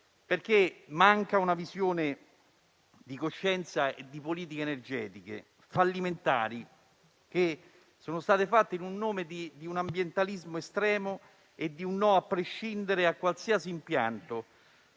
quanto manca la coscienza di aver posto in essere politiche energetiche fallimentari, che sono state fatte in nome di un ambientalismo estremo e di un no a prescindere a qualsiasi impianto.